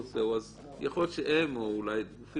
אז יכול להיות שהם או אולי גופים